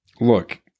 look